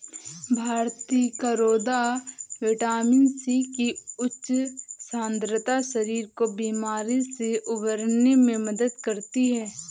भारतीय करौदा vitamin C की उच्च सांद्रता शरीर को बीमारी से उबरने में मदद करती है